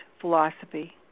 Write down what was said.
philosophy